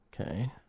Okay